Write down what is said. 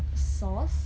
sauce